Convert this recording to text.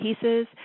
pieces